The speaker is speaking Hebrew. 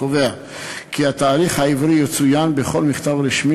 קובע כי התאריך העברי יצוין בכל מכתב רשמי